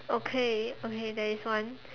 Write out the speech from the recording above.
okay okay there is one